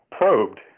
Probed